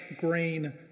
green